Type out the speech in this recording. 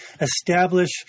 establish